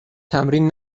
تمرین